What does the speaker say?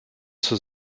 zur